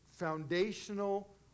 foundational